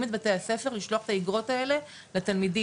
את בתי הספר לשלוח את האגרות האלה לתלמידים,